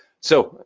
so,